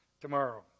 tomorrow